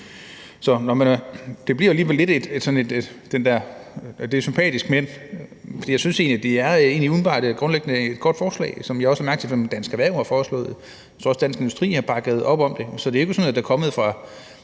det er sympatisk, for jeg synes egentlig umiddelbart, at det grundlæggende er et godt forslag, som jeg også har lagt mærke til at Dansk Erhverv har foreslået. Jeg tror også, at Dansk Industri har bakket det op, så det er ikke noget, der er kommet fra